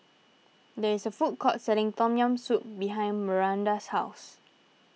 there is a food court selling Tom Yam Soup behind Maranda's house